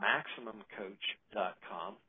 MaximumCoach.com